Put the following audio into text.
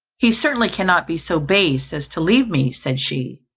he certainly cannot be so base as to leave me, said she,